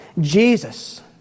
Jesus